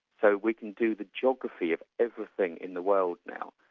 so we can do the geography of everything in the world now.